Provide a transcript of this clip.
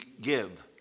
give